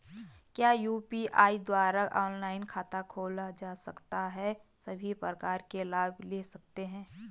क्या यु.पी.आई द्वारा ऑनलाइन खाता खोला जा सकता है सभी प्रकार के लाभ ले सकते हैं?